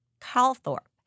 Calthorpe